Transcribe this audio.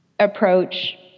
approach